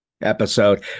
episode